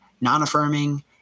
non-affirming